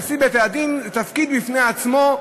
נשיא בתי-הדין זה תפקיד בפני עצמו,